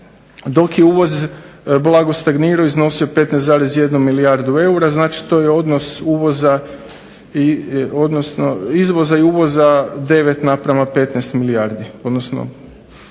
dok je uvoz blago stagnirao iznosio 15,1 milijardu eura. Znači, to je odnos uvoza odnosno izvoza i uvoza 9:15 milijardi.